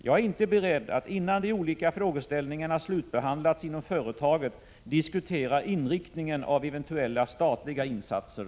Jag är inte beredd att innan de olika frågeställningarna slutbehandlats inom företaget diskutera inriktningen av eventuella statliga insatser.